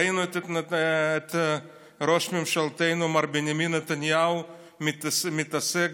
ראינו את ראש ממשלתנו מר בנימין נתניהו מתעסק